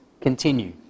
continue